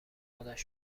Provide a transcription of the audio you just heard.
خودش